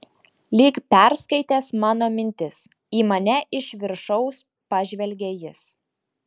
lyg perskaitęs mano mintis į mane iš viršaus pažvelgė jis